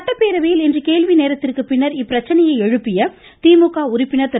சட்டப்பேரவையில் இன்று கேள்விநேரத்திற்கு பின்னர் இப்பிரச்சினையை எழுப்பிய திமுக உறுப்பினர் திரு